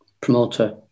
promoter